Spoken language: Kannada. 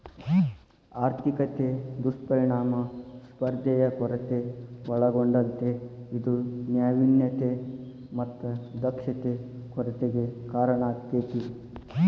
ಆರ್ಥಿಕತೆ ದುಷ್ಪರಿಣಾಮ ಸ್ಪರ್ಧೆಯ ಕೊರತೆ ಒಳಗೊಂಡತೇ ಇದು ನಾವಿನ್ಯತೆ ಮತ್ತ ದಕ್ಷತೆ ಕೊರತೆಗೆ ಕಾರಣಾಕ್ಕೆತಿ